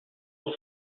will